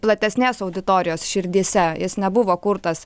platesnės auditorijos širdyse jis nebuvo kurtas